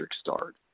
start